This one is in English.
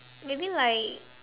maybe like